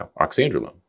oxandrolone